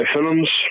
films